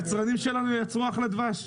היצרנים שלנו ייצרו אחלה דבש.